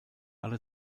alle